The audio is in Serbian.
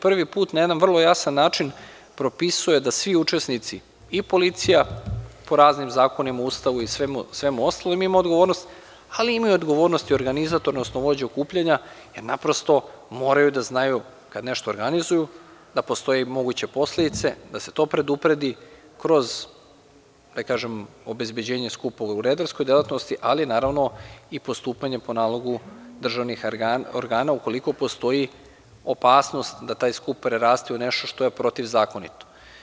Prvi put na jedan vrlo jasan način propisuje da svi učesnici i policija, po raznim zakonima i po Ustavu i svemu ostalog, ima odgovornost i organizator, odnosno vođa okupljanja, jer na prosto moraju da znaju kada nešto organizuju da postoje moguće posledice, da se to predupredi kroz da kažem obezbeđenje skupa, ali i postupanjem po nalogu državnih organaukoliko postoji opasnost da taj skup preraste u nešto što je protiv zakonito.